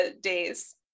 days